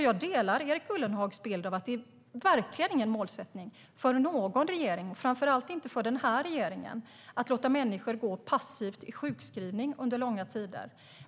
Jag delar Erik Ullenhags bild att det verkligen inte är en målsättning för någon regering, framför allt inte för den här regeringen, att låta människor gå passivt i sjukskrivning under långa tider.